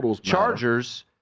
Chargers